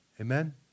Amen